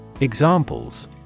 Examples